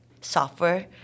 software